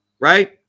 right